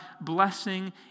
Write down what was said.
blessing